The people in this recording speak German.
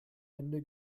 hände